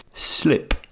slip